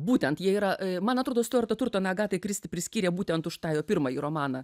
būtent jie yra man atrodo stiuartą turtoną agatai kristi priskyrė būtent už tą jo pirmąjį romaną